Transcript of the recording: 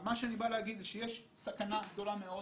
אני רוצה להגיד שיש סכנה גדולה מאוד